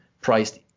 priced